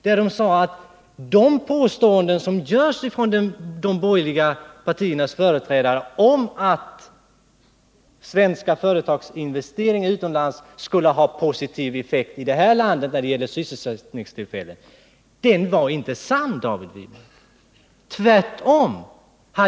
Där säger de att de påståenden som görs från de borgerliga partiernas företrädare, om att svenska företagsinvesteringar utomlands skulle ha positiv effekt i vårt land när det gäller sysselsättningstillfällen, inte är sanna. Tvärtom!